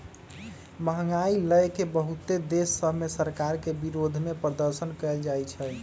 महंगाई लए के बहुते देश सभ में सरकार के विरोधमें प्रदर्शन कएल जाइ छइ